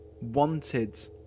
wanted